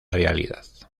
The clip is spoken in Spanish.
realidad